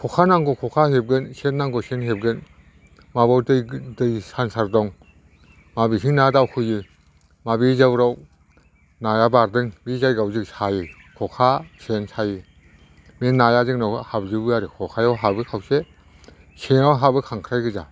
खखा नांगौ खखा हेबगोन सेन नांगौ सेन हेबगोन माबायाव दै सांसार दं माबेथिं ना दावखोयो माबे जायगायाव नाया बारदों बे जायगायाव जों सायो खखा सेन सायो बे नाया जोंनाव हाबजोबो आरो खखायाव हाबो खावसे सेनाव हाबो खांख्राय गोजा